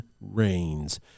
rains